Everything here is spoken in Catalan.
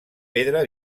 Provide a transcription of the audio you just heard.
pedra